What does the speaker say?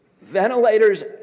ventilators